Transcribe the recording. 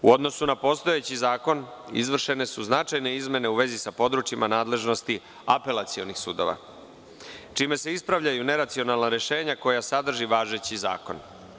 U odnosu na postojeći Zakon, izvršene su značajne izmene u vezi sa područjima nadležnosti apelacionih sudova, čime se ispravljaju neracionalna rešenja koja sadrži važeći zakon.